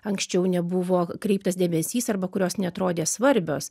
anksčiau nebuvo kreiptas dėmesys arba kurios neatrodė svarbios